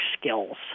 skills